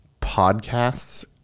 podcasts